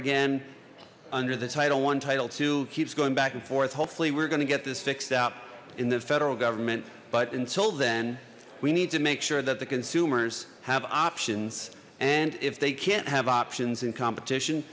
again under the title one title two keeps going back and forth hopefully we're going to get this fixed up in the federal government but until then we need to make sure that the consumers have options and if they can't have options in competition